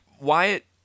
Wyatt